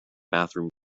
bathroom